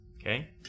Okay